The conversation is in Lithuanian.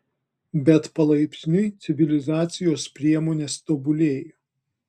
bet palaipsniui civilizacijos priemonės tobulėjo